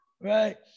right